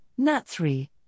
Nat3